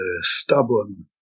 stubborn